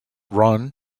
run